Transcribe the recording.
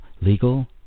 legal